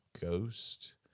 ghost